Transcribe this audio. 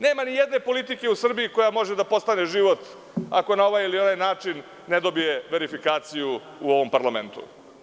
Nema nijedne politike u Srbije koja može da postane život ako na ovaj ili onaj način ne dobije verifikaciju u ovom parlamentu.